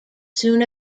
soon